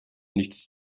nichts